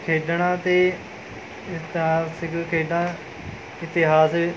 ਖੇਡਣਾ ਅਤੇ ਇਤਿਹਾਸਿਕ ਖੇਡਾਂ ਇਤਿਹਾਸ